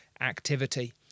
activity